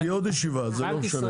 תהיה עוד ישיבה, זה לא משנה.